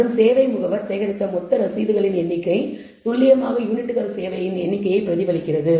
மற்றும் சேவை முகவர் சேகரித்த மொத்த ரசீதுகளின் எண்ணிக்கை துல்லியமாக யூனிட்கள் சேவையின் எண்ணிக்கையை பிரதிபலிக்கிறது